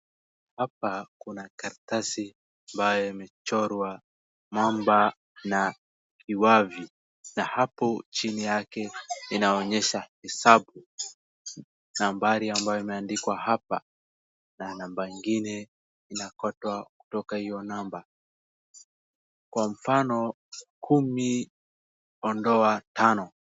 Hapa kuna karatasi ambaye amechorwa mamba na kiwavi na hapo chini yake inaonyesha hesabu nambari ambayo imeandikwa hapa na number ingine inakotwa katika hiyo number kwa mfano kumi ondoa tano.